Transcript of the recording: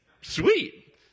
sweet